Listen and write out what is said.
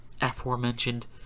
aforementioned